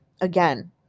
again